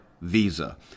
Visa